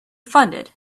funded